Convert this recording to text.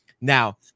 Now